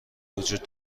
وجود